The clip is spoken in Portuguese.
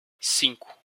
cinco